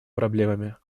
проблемами